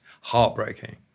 heartbreaking